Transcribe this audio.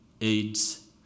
AIDS